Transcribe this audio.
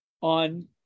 on